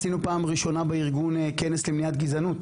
עשינו פעם ראשונה בארגון כנס למניעת גזענות,